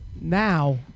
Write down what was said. now